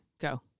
go